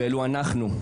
ואלו אנחנו,